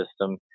system